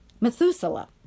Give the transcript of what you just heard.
Methuselah